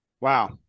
Wow